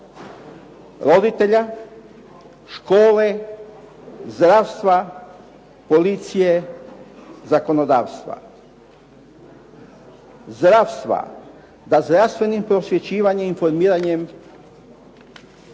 roditelja, škole, zdravstva, policije, zakonodavstva. Zdravstva, da zdravstvenim prosvjećivanjem i informiranjem